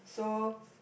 so